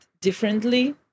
differently